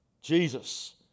Jesus